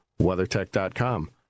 WeatherTech.com